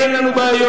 אין לנו בעיות,